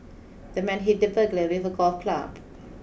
the man hit the burglar with a golf club